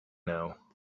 now